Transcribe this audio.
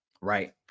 Right